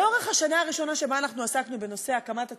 לאורך השנה הראשונה שבה עסקנו בנושא הקמת התאגיד,